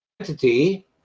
entity